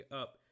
up